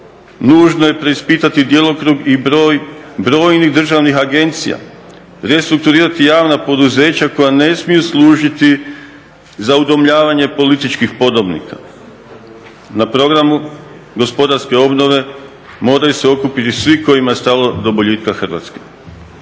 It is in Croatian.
Nužno je preispitati djelokrug i broj brojnih državnih agencija, restrukturirati javna poduzeća koja ne smiju služiti za udomljavanje političkih podobnika. Na programu gospodarske obnove moraju se okupiti svi kojima je stalo do boljitka Hrvatske.